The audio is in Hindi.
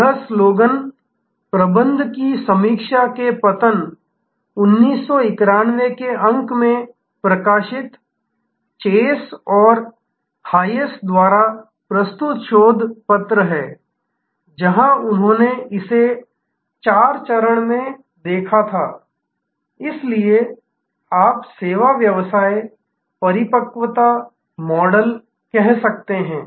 यह स्लोगन प्रबंधन की समीक्षा के पतन 1991 के अंक में प्रकाशित चेस और हायेस द्वारा प्रस्तुत शोध पत्र है जहां उन्होंने इसे चार चरण में देखा था इसलिए आप सेवा व्यवसाय परिपक्वता मॉडल कह सकते हैं